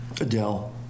Adele